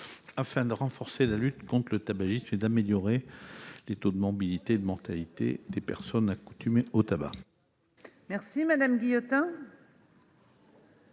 afin de renforcer la lutte contre le tabagisme et d'améliorer les taux de morbidité et de mortalité des personnes accoutumées au tabac. La parole est